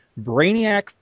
Brainiac